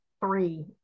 three